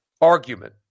argument